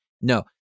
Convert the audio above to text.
No